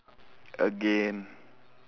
again